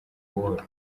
buhoro